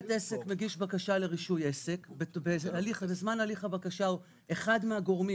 בית עסק מגיש בקשה לרישוי עסק בזמן הליך הבקשה אחד מהגורמים